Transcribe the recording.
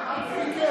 שמעה,